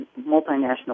multinational